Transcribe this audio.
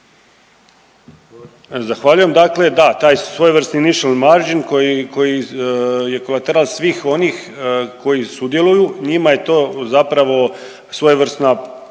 Zahvaljujem. Dakle da, taj svojevrsni mission magine koji je kolateral svih onih koji sudjeluju. Njima je to zapravo svojevrsna,